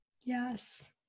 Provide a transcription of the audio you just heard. Yes